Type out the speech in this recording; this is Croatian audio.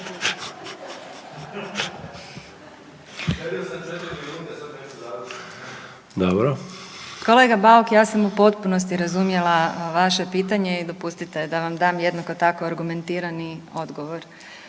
Kolega Bauk, ja sam u potpunosti razumjela vaše pitanje i dopustite da vam dam jednako tako argumentirani odgovor.